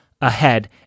ahead